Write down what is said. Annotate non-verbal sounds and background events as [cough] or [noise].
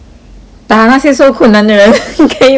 打那些受困难的人可以吗 [laughs]